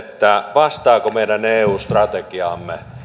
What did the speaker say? vastaako meidän eu strategiamme